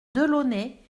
delaunay